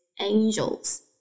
angels